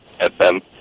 FM